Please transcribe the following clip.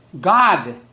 God